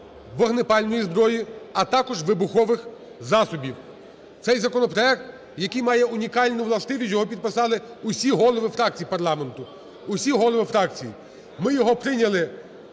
вогнепальної зброї, а також вибухових засобів. Цей законопроект, який має унікальну властивість: його підписали усі голови фракцій парламенту.